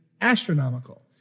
astronomical